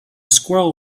squirrel